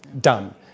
Done